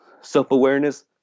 self-awareness